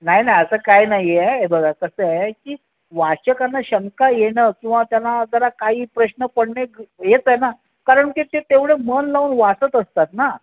नाही नाही असं काही नाही आहे हे बघा कसं आहे की वाचकांना शंका येणं किंवा त्यांना जरा काही प्रश्न पडणं एक हेच आहे ना कारण की ते तेवढं मन लावून वाचत असतात ना